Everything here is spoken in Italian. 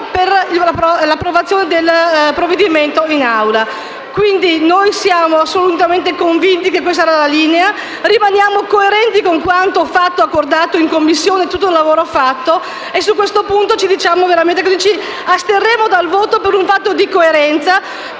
per l'approvazione del provvedimento in Assemblea. Quindi noi siamo assolutamente convinti che questa sarà la linea. Rimaniamo coerenti con quanto fatto e accordato in Commissione, con tutto il lavoro svolto, e su questo punto ci asterremo dal voto per un fatto di coerenza,